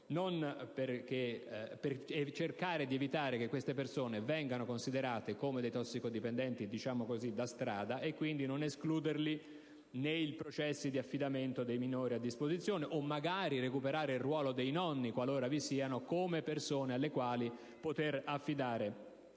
per cercare di evitare che queste persone vengano considerate come dei tossicodipendenti "da strada" e quindi per non escluderle nei processi di affidamento dei minori a disposizione, o magari per recuperare il ruolo dei nonni - qualora vi siano - come persone alle quali poter affidare